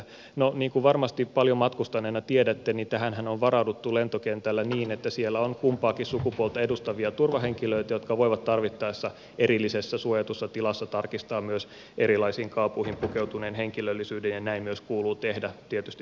no niin kuin varmasti paljon matkustaneena tiedätte niin tähänhän on varauduttu lentokentällä niin että siellä on kumpaakin sukupuolta edustavia turvahenkilöitä jotka voivat tarvittaessa erillisessä suojatussa tilassa tarkistaa myös erilaisiin kaapuihin pukeutuneen henkilöllisyyden ja näin myös kuuluu tehdä tietysti turvallisuussyistä